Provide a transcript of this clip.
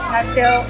Nasceu